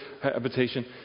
Habitation